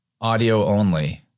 audio-only